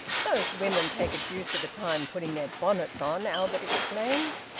those women take a deuce of a time putting their bonnets on! albert exclaimed.